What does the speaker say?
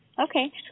Okay